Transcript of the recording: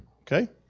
Okay